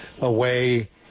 away